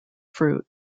fruit